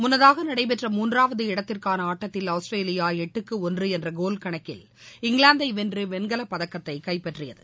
முன்னதாக நடைபெற்ற மூன்றாவது இடத்திற்காள ஆட்டத்தில் ஆஸ்திரேலியா எட்டுக்கு ஒன்று என்ற கோல் கணக்கில் இங்கிலாந்தை வென்று வெண்கலப்பதக்கத்தைக் கைப்பற்றியது